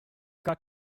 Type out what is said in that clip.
got